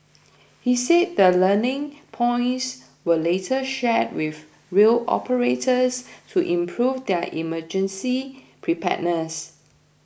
he said the learning points were later shared with rail operators to improve their emergency preparedness